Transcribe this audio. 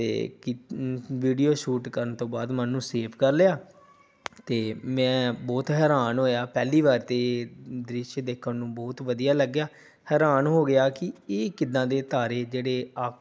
ਅਤੇ video shoot ਕਰਨ ਤੋਂ ਬਾਅਦ ਮੈਂ ਉਹਨੂੰ ਨੂੰ ਸੇਫ ਕਰ ਲਿਆ ਅਤੇ ਮੈਂ ਬਹੁਤ ਹੈਰਾਨ ਹੋਇਆ ਪਹਿਲੀ ਵਾਰ 'ਤੇ ਦ੍ਰਿਸ਼ ਦੇਖਣ ਨੂੰ ਬਹੁਤ ਵਧੀਆ ਲੱਗਿਆ ਹੈਰਾਨ ਹੋ ਗਿਆ ਕਿ ਇਹ ਕਿੱਦਾਂ ਦੇ ਤਾਰੇ ਜਿਹੜੇ ਆ